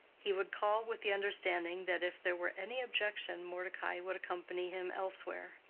he would call with the understanding that if there were any objection, mordecai would accompany him elsewhere.